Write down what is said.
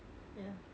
yeah